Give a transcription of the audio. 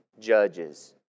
Judges